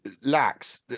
lacks